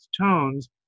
tones